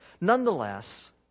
Nonetheless